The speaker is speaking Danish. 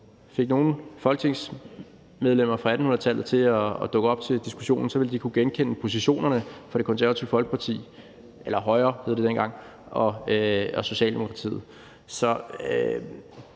fik folketingsmedlemmer fra 1800-tallet til at dukke op til diskussionen, ville de kunne genkende positionerne for Det Konservative Folkeparti – eller Højre, som det hed dengang – og Socialdemokratiet.